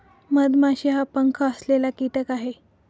मधमाशी हा पंख असलेला कीटक आहे